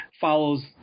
follows